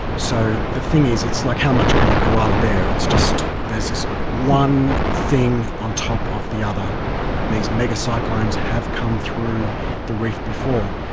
so the thing is, it's like how much can a koala bear! it's just there's one thing on top of the other, and these mega cyclones have come through the reef before.